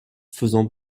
faisant